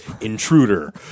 Intruder